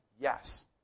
Yes